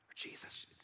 Jesus